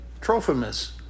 Trophimus